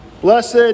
Blessed